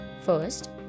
First